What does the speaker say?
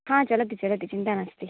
आम् चलति चलति चिन्ता नास्ति